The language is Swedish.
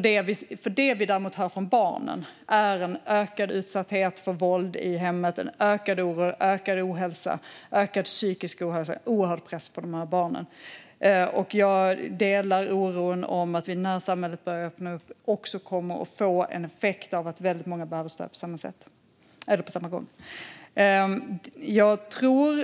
Det som vi däremot hör från barnen är en ökad utsatthet för våld i hemmet, en ökad oro, ökad ohälsa och ökad psykisk ohälsa. Det är en oerhörd press på de här barnen. Jag delar oron över att vi när samhället börjar öppna upp kommer att få effekten att väldigt många behöver stöd på samma gång.